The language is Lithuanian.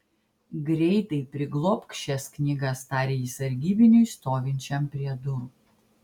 greitai priglobk šias knygas tarė jis sargybiniui stovinčiam prie durų